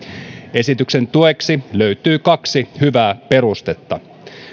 esityksen tueksi löytyy kaksi hyvää perustetta